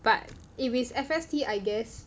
but if is F_S_T I guess